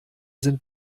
sind